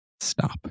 Stop